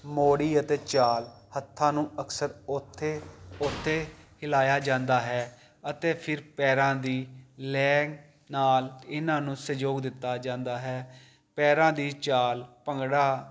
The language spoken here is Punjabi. ਮੋੜੀ ਅਤੇ ਚਾਲ ਹੱਥਾਂ ਨੂੰ ਅਕਸਰ ਉੱਥੇ ਓਤੇ ਹਿਲਾਇਆ ਜਾਂਦਾ ਹੈ ਅਤੇ ਫਿਰ ਪੈਰਾਂ ਦੀ ਲੈਗ ਨਾਲ ਇਹਨਾਂ ਨੂੰ ਸਹਿਯੋਗ ਦਿੱਤਾ ਜਾਂਦਾ ਹੈ ਪੈਰਾਂ ਦੀ ਚਾਲ ਭੰਗੜਾ